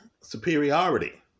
superiority